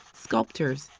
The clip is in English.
sculptors,